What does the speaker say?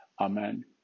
Amen